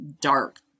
dark